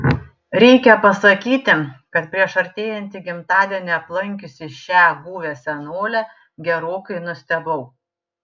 reikia pasakyti kad prieš artėjantį gimtadienį aplankiusi šią guvią senolę gerokai nustebau